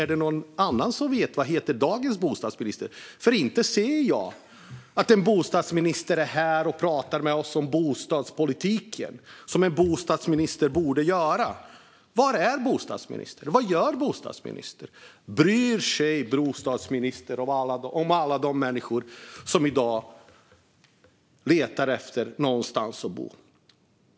Är det någon som vet vad dagens bostadsminister heter? Inte ser jag att någon bostadsminister är här och pratar med oss om bostadspolitiken, som en bostadsminister borde göra. Var är bostadsministern? Vad gör bostadsministern? Bryr sig bostadsministern om alla de människor som i dag letar efter någonstans att bo?